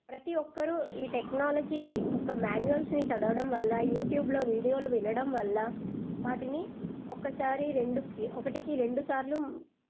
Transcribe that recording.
ప్రతీ ఒక్కరూ ఈ టెక్నాలజీ ఒక్క మాన్యువల్స్ని చదవడం వల్ల యూట్యూబ్లో వీడియోలు వినడం వల్ల వాటిని ఒక్కసారి రెండుకి ఒకటికి రెండుసార్లు